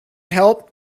help